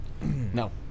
No